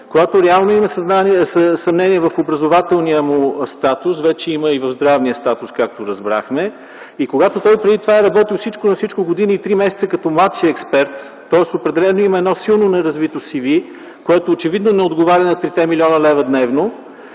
когато реално има съмнение в образователния му статус, а вече, както разбрахме, има и в здравния статус, когато той преди това е работил всичко на всичко година и три месеца като младши експерт, тоест определено има едно силно неразвито CV, което очевидно не отговаря на 3 млн. лв. дневно,